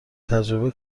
تجربه